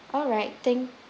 alright then